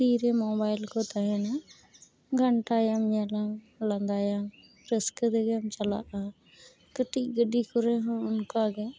ᱛᱤᱨᱮ ᱢᱚᱵᱟᱭᱤᱞ ᱠᱚ ᱛᱟᱦᱮᱱᱟ ᱜᱷᱟᱱᱴᱟᱭᱟᱢ ᱧᱮᱞᱟᱢ ᱞᱟᱸᱫᱟᱭᱟᱢ ᱨᱟᱹᱥᱠᱟᱹ ᱨᱮᱜᱮᱢ ᱪᱟᱞᱟᱼᱟ ᱠᱟᱹᱴᱤᱡ ᱜᱟᱹᱰᱤ ᱠᱚᱨᱮᱦᱚ ᱚᱱᱠᱟᱜᱮ